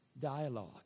dialogue